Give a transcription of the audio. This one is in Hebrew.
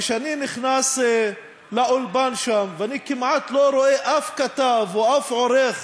כשאני נכנס לאולפן שם ואני כמעט לא רואה אף כתב ואף עורך